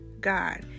God